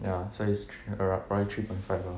ya so it's thre~ around three point five ah